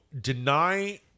deny